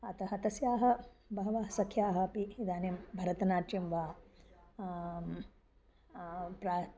अतः तस्याः बहवः सख्याः अपि इदानीं भरतनाट्यं वा प्रा